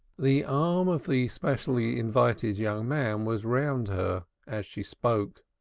the arm of the specially invited young man was round her as she spoke.